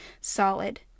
solid